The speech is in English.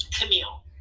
Camille